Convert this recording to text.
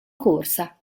corsa